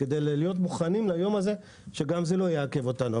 כדי להיות מוכנים ליום הזה ושזה לא יעכב אותנו.